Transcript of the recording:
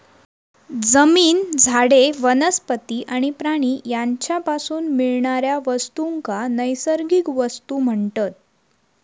जमीन, झाडे, वनस्पती आणि प्राणी यांच्यापासून मिळणाऱ्या वस्तूंका नैसर्गिक वस्तू म्हणतत